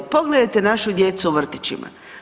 Pogledajte našu djecu u vrtićima.